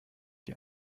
die